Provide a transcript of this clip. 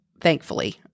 Thankfully